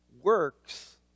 works